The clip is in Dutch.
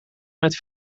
met